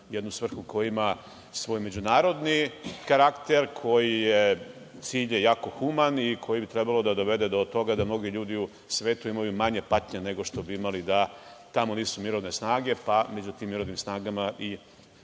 jednu svrhu koja ima svoj međunarodni karakter, čiji je cilj jako human i koji bi trebalo da dovede do toga da mnogi ljudi u svetu imaju manje patnje nego što bi imali da tamo nisu mirovne snage, pa i među tim mirovnim snagama i